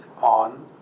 on